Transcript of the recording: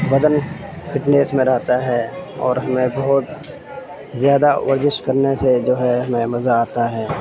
بدن فٹنیس میں رہتا ہے اور ہمیں بہت زیادہ ورزش کرنے سے جو ہے ہمیں مزہ آتا ہے